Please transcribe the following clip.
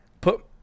put